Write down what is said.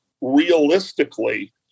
realistically